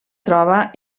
troba